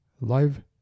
Live